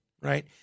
right